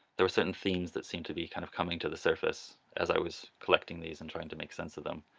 there were certain themes that seemed to be kind of coming to the surface as i was collecting these and trying to make sense of them,